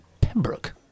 Pembroke